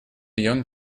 young